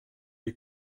est